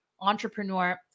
entrepreneur